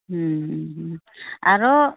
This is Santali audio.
ᱟᱨᱚ